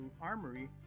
Armory